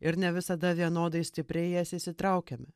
ir ne visada vienodai stipriai į jas įsitraukiame